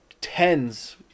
tens